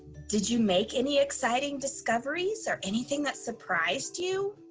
did you make any exciting discoveries, or anything that surprised you?